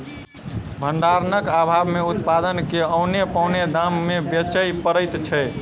भंडारणक आभाव मे उत्पाद के औने पौने दाम मे बेचय पड़ैत छै